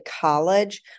college